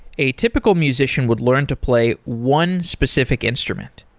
a typical musician would learn to play one specific instrument.